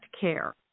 care